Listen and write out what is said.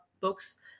books